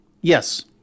Yes